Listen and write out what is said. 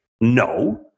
No